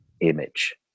image